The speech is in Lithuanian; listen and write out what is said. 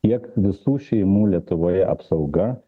tiek visų šeimų lietuvoje apsauga